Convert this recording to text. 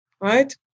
right